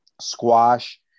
squash